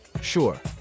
Sure